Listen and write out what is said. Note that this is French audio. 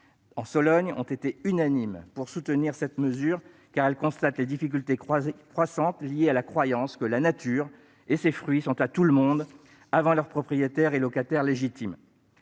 en Sologne ont été unanimes pour soutenir cette mesure, car elles constatent des difficultés croissantes liées à la croyance que la nature et ses fruits sont à tout le monde, avant leurs propriétaires et locataires légitimes.